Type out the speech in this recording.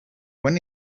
when